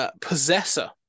possessor